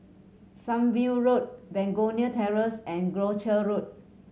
Sunview Road Begonia Terrace and Croucher Road